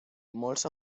molts